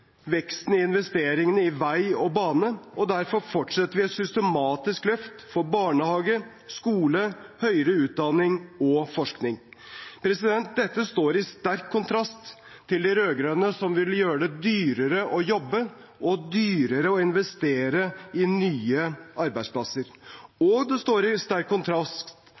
veksten i investeringene i vei og bane, og derfor fortsetter vi et systematisk løft for barnehage, skole, høyere utdanning og forskning. Dette står i sterk kontrast til de rød-grønne, som vil gjøre det dyrere å jobbe og dyrere å investere i nye arbeidsplasser. Og det står i sterk kontrast